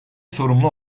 sorumlu